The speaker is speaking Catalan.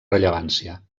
rellevància